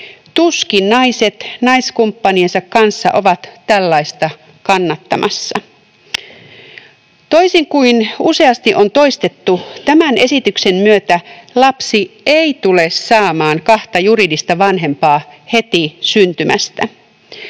Tuskin naiset naiskumppaniensa kanssa ovat tällaista kannattamassa. Toisin kuin useasti on toistettu, tämän esityksen myötä lapsi ei tule saamaan kahta juridista vanhempaa heti syntymästä.